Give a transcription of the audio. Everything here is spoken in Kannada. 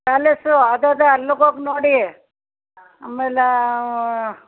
ಪ್ಯಾಲೆಸ್ಸು ಅದು ಇದೆ ಅಲ್ಲಿಗೋಗ್ ನೋಡಿ ಆಮೇಲೆ